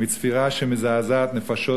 מצפירה המזעזעת נפשות,